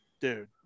dude